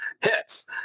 hits